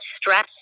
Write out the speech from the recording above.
stress